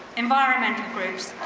environmental groups,